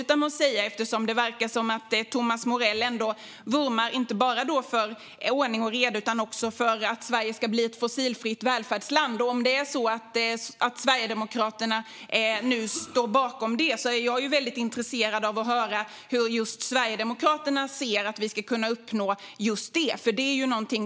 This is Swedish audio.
Thomas Morell verkar vurma inte bara för ordning och reda utan för att Sverige ska bli ett fossilfritt välfärdsland. Om Sverigedemokraterna nu står bakom detta är jag mycket intresserad av hur ni tänker uppnå det.